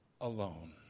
alone